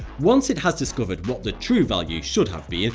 once it has discovered what the true value should have been,